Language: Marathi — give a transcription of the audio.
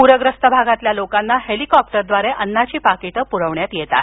पूरग्रस्त भागातील लोकांना हेलिकॉप्टरद्वारे अन्नाची पाकीटे पुरविण्यात येत आहेत